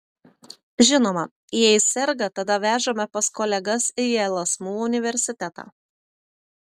žinoma jei serga tada vežame pas kolegas į lsmu universitetą